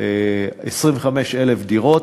על עשרים וחמש אלף דירות.